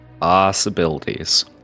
Possibilities